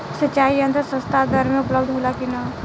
सिंचाई यंत्र सस्ता दर में उपलब्ध होला कि न?